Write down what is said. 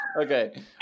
Okay